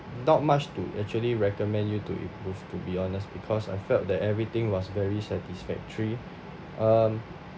not much to actually recommend you to improve to be honest because I felt that everything was very satisfactory um